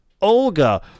Olga